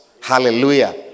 Hallelujah